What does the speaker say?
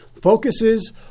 focuses